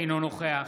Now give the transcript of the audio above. אינו נוכח